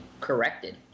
corrected